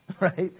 right